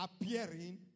appearing